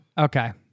Okay